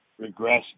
regressed